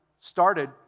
started